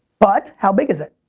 but how big is it?